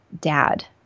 dad